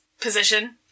position